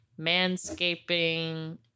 manscaping